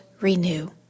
Renew